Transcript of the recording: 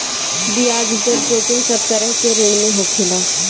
बियाज दर जोखिम सब तरह के ऋण में होखेला